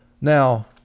Now